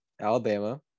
Alabama